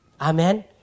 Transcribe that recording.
Amen